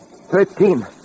Thirteen